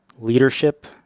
leadership